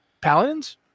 paladins